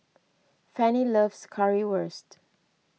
Fannie loves Currywurst